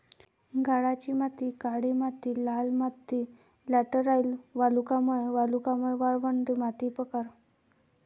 गाळाची माती काळी माती लाल माती लॅटराइट वालुकामय वालुकामय वाळवंट माती प्रकार